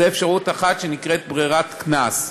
זו אפשרות אחת שנקראת ברירת קנס.